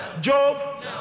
Job